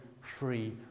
free